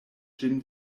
ĝin